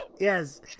Yes